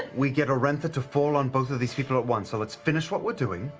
we get orentha to fall on both of these people at once. so let's finish what we're doing,